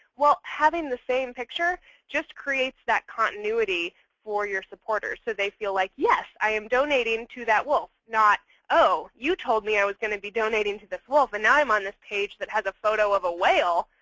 well having the same picture just creates that continuity for your supporters so they feel like, yes. i am donating to that wolf. not, oh you told me i was going to be donating to this wolf. and now i'm on this page that has a photo of a whale.